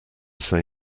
say